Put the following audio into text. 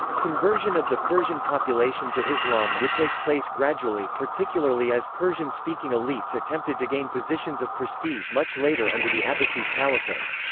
conversion of the persian population to islam would take place gradually, particularly as persian-speaking elites attempted to gain positions of prestige much later under the abbasid caliphate.